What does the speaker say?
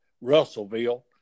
Russellville